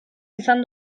izan